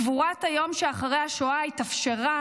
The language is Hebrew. גבורת היום שאחרי השואה התאפשרה